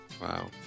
wow